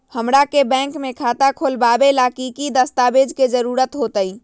हमरा के बैंक में खाता खोलबाबे ला की की दस्तावेज के जरूरत होतई?